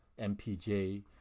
MPJ